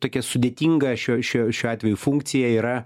tokia sudėtinga šiuo šiuo šiuo atveju funkcija yra